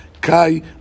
Kai